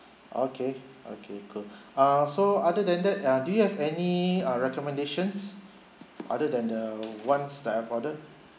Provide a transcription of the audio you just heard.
okay okay good err so other than that uh do you have any uh recommendations other than the ones that I have ordered